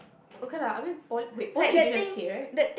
okay lah I mean poly wait poly you didn't have C_A right